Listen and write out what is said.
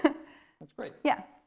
that's great. yeah.